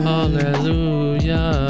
Hallelujah